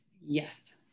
Yes